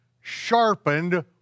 sharpened